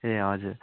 ए हजुर